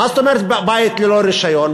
מה זאת אומרת "בית ללא רישיון"?